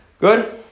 good